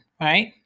right